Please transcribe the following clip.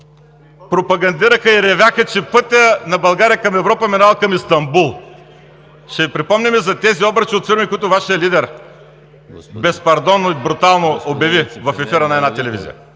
пропагандираха и ревяха, че пътят на България към Европа минава към Истанбул. Ще им припомним за тези обръчи от фирми, които Вашият лидер безпардонно и брутално обяви в ефира на една телевизия.